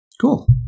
Cool